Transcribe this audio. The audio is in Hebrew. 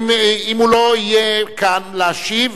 אם הוא לא יהיה כאן להשיב,